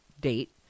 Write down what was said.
date